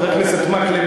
חבר הכנסת מקלב,